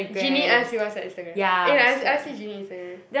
Genie ask you what's your Instagram eh I I see Genie Instagram